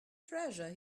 treasure